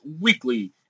weekly